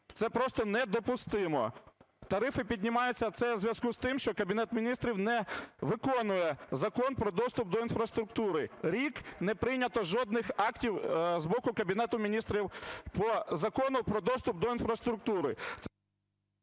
Це просто недопустимо. Тарифи піднімаються, це в зв'язку з тим, що Кабінет Міністрів не виконує Закон про доступ до інфраструктури. Рік не прийнято жодних актів з боку Кабінету Міністрів по Закону про доступ до інфраструктури.